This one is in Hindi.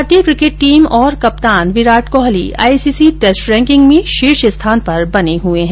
भारतीय क्रिकेट टीम और कप्तान Virat Kohli I C C test ranking में शीर्ष स्थान पर बने हए हैं